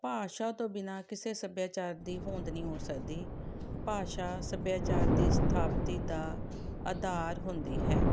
ਭਾਸ਼ਾ ਤੋਂ ਬਿਨਾਂ ਕਿਸੇ ਸੱਭਿਆਚਾਰ ਦੀ ਹੋਂਦ ਨਹੀਂ ਹੋ ਸਕਦੀ ਭਾਸ਼ਾ ਸੱਭਿਆਚਾਰ ਦੇ ਸਥਾਪਤੀ ਦਾ ਆਧਾਰ ਹੁੰਦੀ ਹੈ